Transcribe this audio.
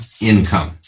income